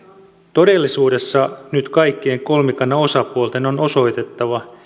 todellisuudessa nyt kaikkien kolmikannan osapuolten on osoitettava